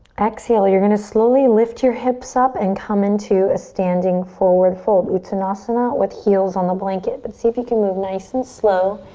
exhale, you're gonna slowly lift your hips up and come into a standing forward fold, uttanasana with heels on the blanket but see if you can move nice and slow.